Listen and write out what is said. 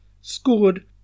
scored